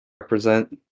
Represent